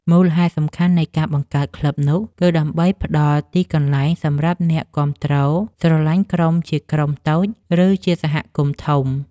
មូលហេតុសំខាន់នៃការបង្កើតក្លឹបនោះ គឺដើម្បីផ្ដល់ទីកន្លែងសម្រាប់អ្នកគាំទ្រស្រលាញ់ក្រុមជាក្រុមតូច ឬជាសហគមន៍ធំ